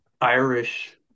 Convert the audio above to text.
Irish